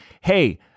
hey